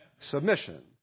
Submission